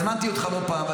הזמנתי אותך לא פעם,